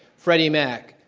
freddie mac,